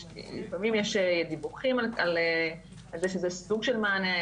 לפעמים יש דיווחים על זה שזה סוג של מענה.